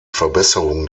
verbesserung